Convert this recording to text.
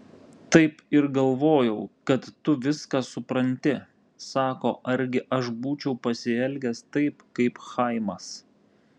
taip ir galvojau kad tu viską supranti sako argi aš būčiau pasielgęs taip kaip chaimas